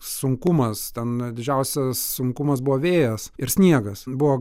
sunkumas ten didžiausias sunkumas buvo vėjas ir sniegas buvo